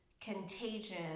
contagion